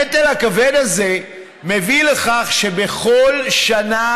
הנטל הכבד הזה מביא לכך שבכל שנה